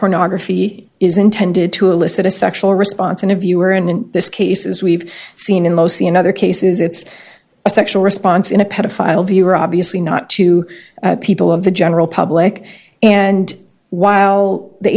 pornography is intended to elicit a sexual response in a viewer and in this case as we've seen in mostly in other cases it's a sexual response in a pedophile viewer obviously not to people of the general public and while the